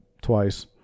twice